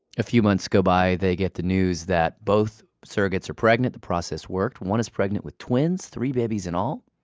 a few months go by, they get the news that both surrogates are pregnant. the process worked. one is pregnant with twins. three babies in all.